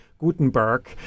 Gutenberg